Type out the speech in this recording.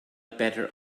better